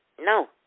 No